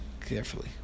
carefully